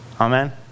Amen